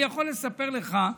אני יכול לספר לך,